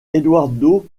eduardo